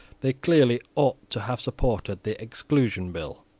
they clearly ought to have supported the exclusion bill.